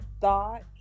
thought